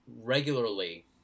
regularly